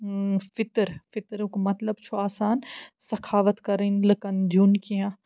فِطر فِطرُک مطلب چھُ آسان سَخاوَت کَرٕنۍ لُکن دیُن کیٚنہہ